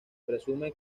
presume